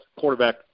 quarterback